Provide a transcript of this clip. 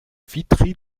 vitry